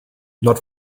not